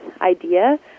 idea